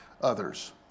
others